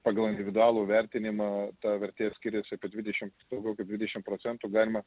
pagal individualų vertinimą ta vertė skiriasi apie dvidešim daugiau kaip dvidešim procentų galima